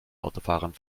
autofahrern